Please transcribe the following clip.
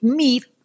meat